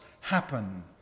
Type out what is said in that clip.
happen